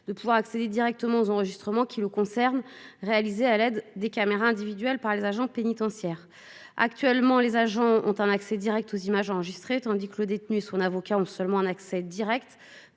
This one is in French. de pouvoir accéder directement aux enregistrements qui le concerne, réalisée à l'aide des caméras individuelles par les agents pénitentiaires. Actuellement, les agents ont un accès Direct aux images enregistrées tandis que le détenu, son avocat ou seulement un accès Direct